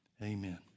amen